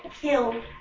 kill